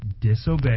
disobey